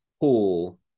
pool